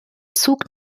zug